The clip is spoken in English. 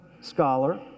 scholar